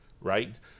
right